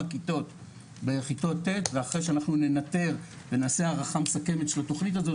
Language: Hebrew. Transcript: כיתות בכיתה ט' ואחרי שננטר ונעשה הערכה מסכמת של התכנית הזאת,